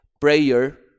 prayer